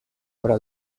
para